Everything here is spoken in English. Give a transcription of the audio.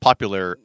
Popular